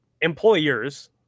Employers